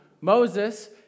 Moses